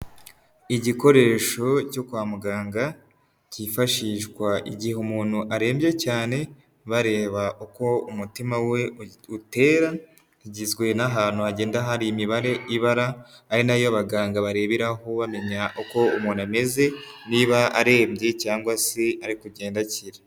Igikoresho cyo kwa muganga kifashishwa igihe umuntu arembye cyane bareba uko umutima we utera, kigizwe n'ahantu hagenda hari imibare ibara ari na yo abaganga bareberaho bamenya uko umuntu ameze niba arembye cyangwa se ari kugenda akira.